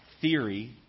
theory